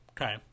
Okay